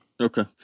Okay